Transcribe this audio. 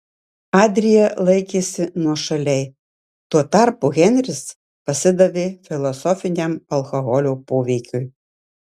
adrija laikėsi nuošaliai tuo tarpu henris pasidavė filosofiniam alkoholio poveikiui